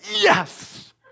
Yes